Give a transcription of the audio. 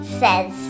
says